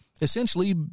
essentially